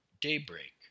daybreak